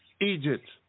Egypt